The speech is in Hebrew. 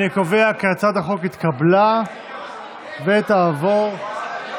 אני קובע כי הצעת החוק התקבלה ותעבור, איתן,